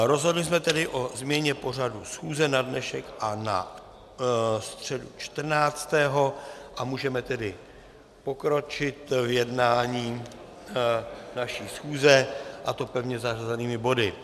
Rozhodli jsme o změně pořadu schůze na dnešek a na středu 14. 11. a můžeme tedy pokročit v jednání naší schůze, a to pevně zařazenými body.